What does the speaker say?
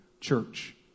church